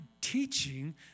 teaching